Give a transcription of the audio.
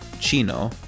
Chino